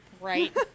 Right